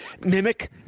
mimic